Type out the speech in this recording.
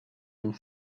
une